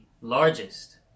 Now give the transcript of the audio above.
largest